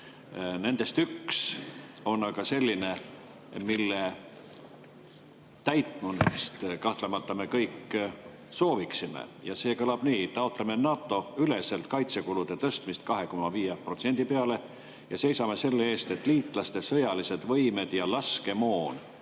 Nendest üks on aga selline, mille täitmist me kõik kahtlemata sooviksime, ja see kõlab nii: "Taotleme NATO üleselt kaitsekulude tõstmist 2,5% peale ja seisame selle eest, et liitlaste sõjalised võimed ja laskemoon